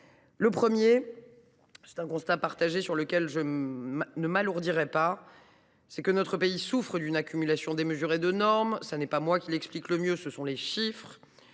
Le premier constat, qui est partagé et sur lequel je ne m’attarderai pas, c’est que notre pays souffre d’une accumulation démesurée de normes. Ce n’est pas moi qui l’explique le mieux, ce sont les chiffres